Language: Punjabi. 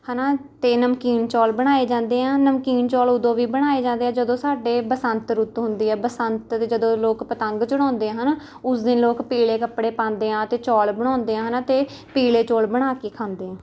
ਹੈ ਨਾ ਅਤੇ ਨਮਕੀਨ ਚੌਲ਼ ਬਣਾਏ ਜਾਂਦੇ ਆ ਨਮਕੀਨ ਚੌਲ਼ ਉਦੋਂ ਵੀ ਬਣਾਏ ਜਾਂਦੇ ਆ ਜਦੋਂ ਸਾਡੇ ਬਸੰਤ ਰੁੱਤ ਹੁੰਦੀ ਹੈ ਬਸੰਤ 'ਚ ਜਦੋਂ ਲੋਕ ਪਤੰਗ ਚੜਾਉਂਦੇ ਆ ਹੈ ਨਾ ਉਸ ਦਿਨ ਲੋਕ ਪੀਲੇ ਕੱਪੜੇ ਪਾਉਂਦੇ ਆ ਅਤੇ ਚੌਲ ਬਣਾਉਂਦੇ ਆ ਹੈ ਨਾ ਅਤੇ ਪੀਲੇ ਚੌਲ ਬਣਾ ਕੇ ਖਾਂਦੇ ਆ